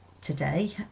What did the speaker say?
today